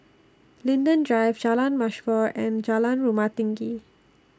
Linden Drive Jalan Mashhor and Jalan Rumah Tinggi